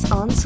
on